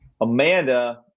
Amanda